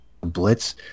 blitz